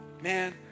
man